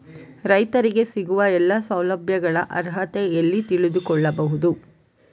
ರೈತರಿಗೆ ಸಿಗುವ ಎಲ್ಲಾ ಸೌಲಭ್ಯಗಳ ಅರ್ಹತೆ ಎಲ್ಲಿ ತಿಳಿದುಕೊಳ್ಳಬಹುದು?